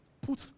put